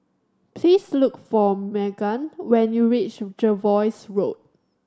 please look for Magan when you reach Jervois Road